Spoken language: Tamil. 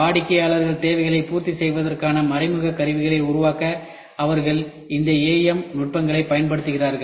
வாடிக்கையாளர் தேவைகளைப் பூர்த்தி செய்வதற்கான மறைமுக கருவிகளை உருவாக்க அவர்கள் இந்த AM நுட்பங்களைப் பயன்படுத்துகிறார்கள்